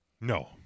No